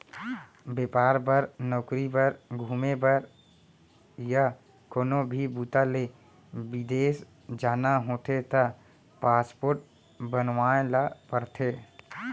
बेपार बर, नउकरी बर, घूमे बर य कोनो भी बूता ले बिदेस जाना होथे त पासपोर्ट बनवाए ल परथे